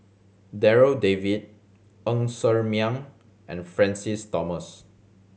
Darryl David Ng Ser Miang and Francis Thomas